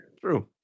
True